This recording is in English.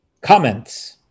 Comments